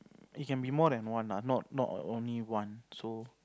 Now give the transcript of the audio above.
it can be more than one ah not not only one so